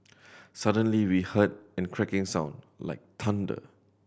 suddenly we heard an cracking sound like thunder